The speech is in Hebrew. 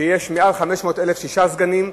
כשיש מעל 500,000 שישה סגנים,